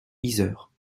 yzeure